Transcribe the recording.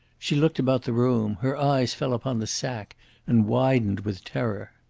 she looked about the room. her eyes fell upon the sack and widened with terror.